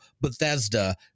Bethesda